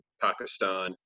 Pakistan